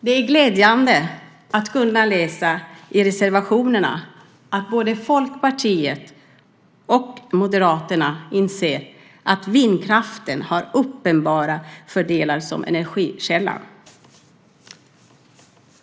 Det är glädjande att kunna läsa i reservationerna att både Folkpartiet och Moderaterna inser att vindkraften har uppenbara fördelar som energikälla.